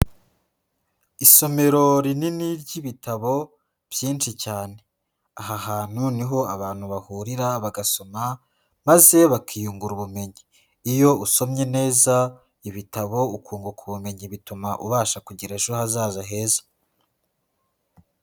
Isomero rinini ry'ibitabo byinshi cyane, aha hantu niho abantu bahurira bagasoma maze bakiyungura ubumenyi, Iyo usomye neza ibitabo ukunguka ubumenyi bituma ubasha kugira ejo hazaza heza.